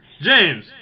James